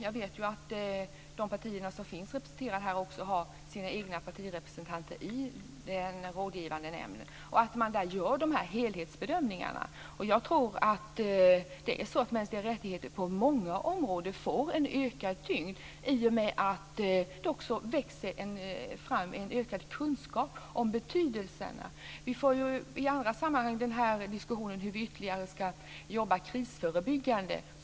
Jag vet ju att de partier som finns representerade här också har sina egna partirepresentanter i den rådgivande nämnden och att man där gör de här helhetsbedömningarna. Jag tror att de mänskliga rättigheterna på många områden får en ökad tyngd i och med att det också växer fram en ökad kunskap om betydelsen av dem. Vi för i andra sammanhang en diskussion om hur vi ytterligare ska jobba krisförebyggande.